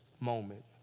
moment